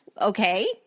Okay